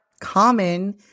common